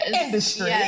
industry